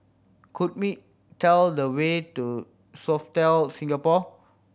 could me tell me the way to Sofitel Singapore